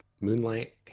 Moonlight